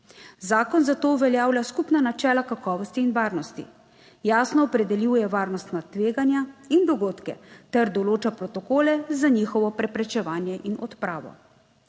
Zakon zato uveljavlja skupna načela kakovosti in varnosti, jasno opredeljuje varnostna tveganja in dogodke ter določa protokole za njihovo preprečevanje in odpravo,